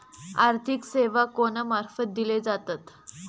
आर्थिक सेवा कोणा मार्फत दिले जातत?